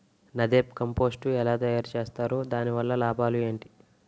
NADEP compost ఎలా తయారు చేస్తారు? దాని వల్ల లాభాలు ఏంటి?